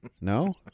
No